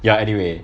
ya anyway